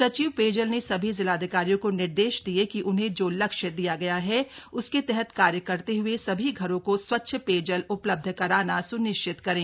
सचिव पेयजल ने सभी जिलाधिकारियों को निर्देश दिये कि उन्हें जो लक्ष्य दिया गया हैं उसके तहत कार्य करते हुए सभी घरों को स्वच्छ पेयजल उपलब्ध कराना स्निश्चित करे